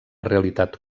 realitat